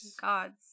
gods